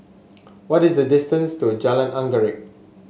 what is the distance to Jalan Anggerek